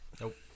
Nope